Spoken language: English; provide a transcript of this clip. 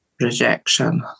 Rejection